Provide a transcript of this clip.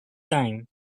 time